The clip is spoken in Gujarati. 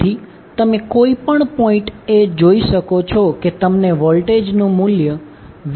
તેથી તમે કોઈપણ પોઈન્ટએ જોઈ શકો છો કે તમને વોલ્ટેજનું મૂલ્ય VanVbnVcn0 મળશે